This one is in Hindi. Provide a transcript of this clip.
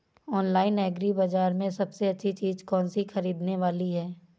ऑनलाइन एग्री बाजार में सबसे अच्छी चीज कौन सी ख़रीदने वाली है?